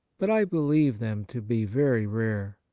but i believe them to be very rare.